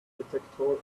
detector